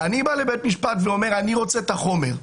אני בא לבית משפט ואומר: אני רוצה את החומר.